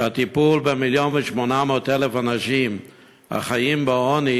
כי הטיפול ב-1,800,000 אנשים החיים בעוני